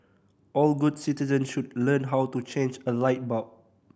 all good citizen should learn how to change a light bulb